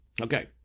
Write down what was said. Okay